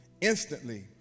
instantly